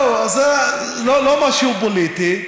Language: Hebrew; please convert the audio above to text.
זהו, זה לא משהו פוליטי.